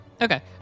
Okay